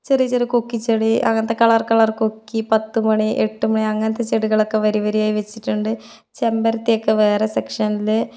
ചെറിയ ചെറിയ കൊക്കിച്ചെടി അങ്ങനത്തെ കളർ കളർ കൊക്കി പത്ത് മണി എട്ട് മണി അങ്ങനത്തെ ചെടികളൊക്കെ വരിവരിയായി വെച്ചിട്ടുണ്ട് ചെമ്പരത്തിയൊക്കെ വേറെ സെക്ഷനിൽ